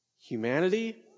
Humanity